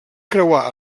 creuar